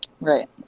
Right